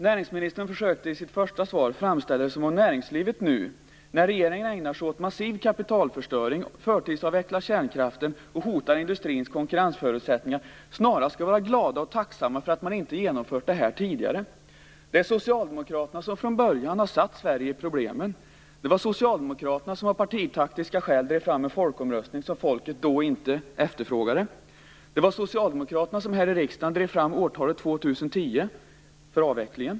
Näringsministern försökte i sitt första svar framställa det som att man inom näringslivet nu, när regeringen ägnar sig åt massiv kapitalförstöring, förtidsavvecklar kärnkraften och hotar industrins konkurrensförutsättningar, snarast skall vara glad och tacksam för att det här inte har genomförts tidigare. Det var Socialdemokraterna som från början försatte Sverige i problemen. Det var Socialdemokraterna som av partitaktiska skäl drev fram en folkomröstning som folket då inte efterfrågade. Det var Socialdemokraterna som här i riksdagen drev fram årtalet 2010 för avvecklingen.